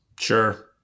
Sure